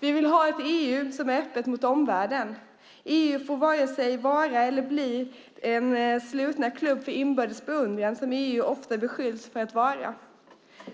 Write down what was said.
Vi vill ha ett EU som är öppet mot omvärlden. EU får inte vare sig vara eller bli den slutna klubb för inbördes beundran som EU ofta beskylls för att vara.